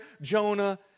Jonah